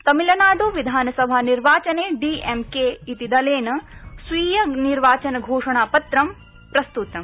तमिलनाडु विधानसभानिर्वाचने डीएमके इति दलेन स्वीय निर्वाचनघोषणापत्रं प्रस्तुतम्